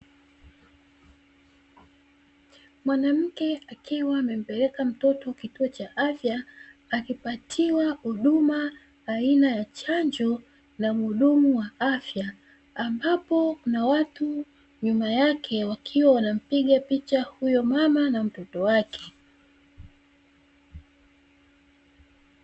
Mwanamke akiwa amempeleka mtoto kituo cha afya akipatiwa huduma aina ya chanjo na mhudumu wa afya, ambapo kuna watu nyuma yake wakiwa wanampiga picha huyo mama na mtoto wake.